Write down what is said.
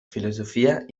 filosofia